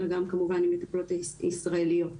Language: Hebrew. אלא גם כמובן עם מטפלות ישראליות ולצערי,